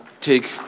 take